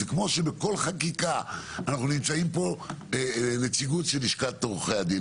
זה כמו שבכל חקיקה נמצאים פה נציגות של לשכת עורכי הדין.